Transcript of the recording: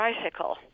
tricycle